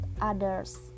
others